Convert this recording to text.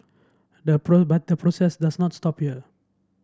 the but the process does not stop here